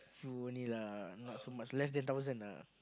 few only lah not so much less than thousand ah